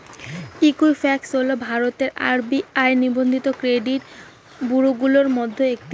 Equifax হল ভারতের RBI নিবন্ধিত ক্রেডিট ব্যুরোগুলির মধ্যে একটি